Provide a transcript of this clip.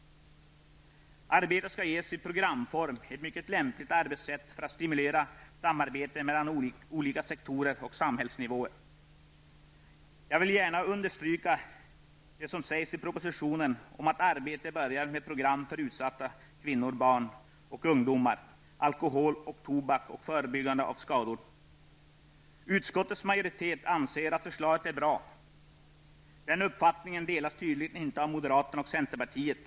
Arbetet skall ske i programform, ett mycket lämpligt arbetssätt för att stimulera samarbete mellan olika sektorer och samhällsnivåer. Jag vill gärna understryka det som sägs i propositionen om att arbetet börjar med program för utsatta kvinnor, barn och ungdomar, för alkohol, tobak och förebyggande av skador. Utskottets majoritet anser att förslaget är bra. Den uppfattningen delas tydligen inte av moderaterna och centerpartiet.